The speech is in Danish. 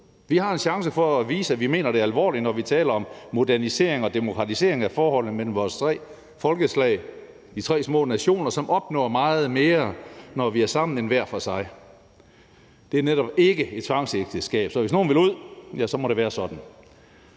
Vi har en chance for at vise, at vi mener det alvorligt, når vi taler om modernisering og demokratisering af forholdet mellem vores tre folkeslag – de tre små nationer, som opnår meget mere, når vi er sammen, end hver for sig. Det er netop ikke et tvangsægteskab, så hvis nogen vil ud, ja, så må det være sådan.